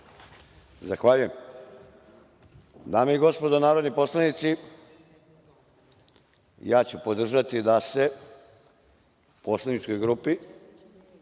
Zahvaljujem. Dame i gospodo narodni poslanici, ja ću podržati da se poslaničkoj grupi